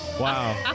Wow